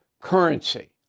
currency